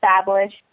establish